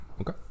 Okay